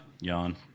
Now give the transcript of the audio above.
Yawn